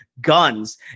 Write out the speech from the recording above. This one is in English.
guns